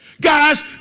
Guys